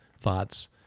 thoughts